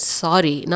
sorry